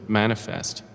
manifest